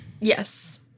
Yes